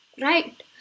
Right